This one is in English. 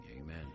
Amen